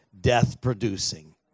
death-producing